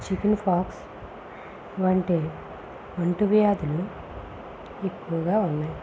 chickenpox వంటి అంటువ్యాధులు ఎక్కువుగా ఉన్నాయి